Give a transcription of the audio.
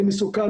זה מסוכן,